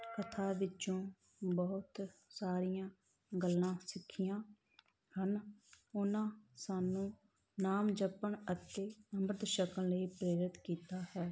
ਕਥਾ ਵਿੱਚੋਂ ਬਹੁਤ ਸਾਰੀਆਂ ਗੱਲਾਂ ਸਿੱਖੀਆਂ ਹਨ ਉਹਨਾਂ ਸਾਨੂੰ ਨਾਮ ਜਪਣ ਅਤੇ ਅੰਮ੍ਰਿਤ ਛਕਣ ਲਈ ਪ੍ਰੇਰਿਤ ਕੀਤਾ ਹੈ